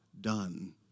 done